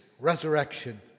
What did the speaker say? resurrection